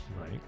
Right